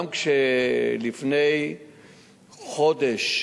גם כשלפני חודש,